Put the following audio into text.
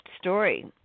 story